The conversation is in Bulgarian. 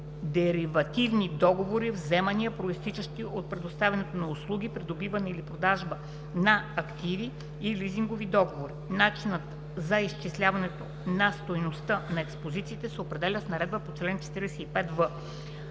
деривативни договори, вземания, произтичащи от предоставянето на услуги, придобиване и продажба на активи и лизингови договори. Начинът за изчисляването на стойността на експозициите се определя с наредбата по чл. 45в.